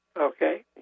Okay